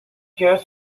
guthrie